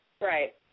Right